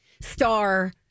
star